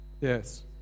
Yes